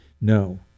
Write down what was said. No